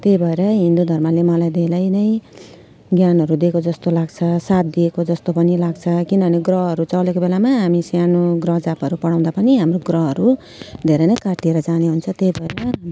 त्यही भएरै हिन्दू धर्मले मलाई धेरै नै ज्ञानहरू दिएको जस्तो लाग्छ साथ दिएको जस्तो पनि लाग्छ किनभने ग्रहहरू चलेको बेलामा हामी सानो ग्रहजापहरू पढाउँदा पनि हाम्रो ग्रहहरू धेरै नै काटिएर जाने हुन्छ त्यही भएर